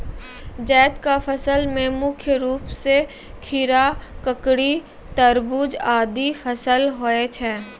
जैद क फसल मे मुख्य रूप सें खीरा, ककड़ी, तरबूज आदि फसल होय छै